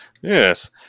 yes